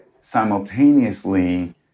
simultaneously